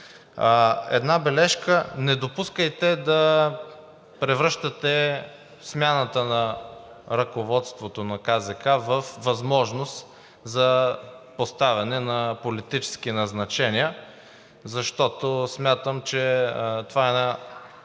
Една бележка – не допускайте да превръщате смяната на ръководството на КЗК във възможност за поставяне на политически назначения, защото смятам, че това е една